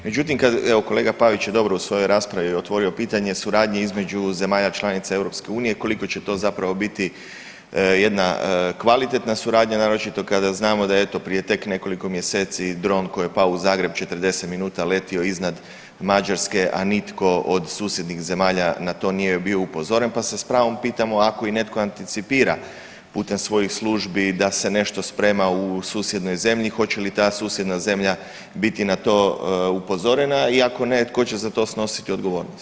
Međutim kad, evo kolega Pavić je dobro u svojoj raspravi otvorio pitanje suradnje između zemalja članica EU koliko će to zapravo biti jedna kvalitetna suradnja, naročito kada znamo da eto prije tek nekoliko mjeseci dron koji je pao u Zagreb, 40 minuta letio iznad Mađarske, a nitko od susjednih zemalja na to nije bio upozoren, pa se s pravom pitamo ako netko i anticipira putem svojih službi da se nešto sprema u susjednoj zemlji hoće li ta susjedna zemlja biti na to upozorena i ako ne tko će za to snositi odgovornost?